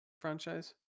franchise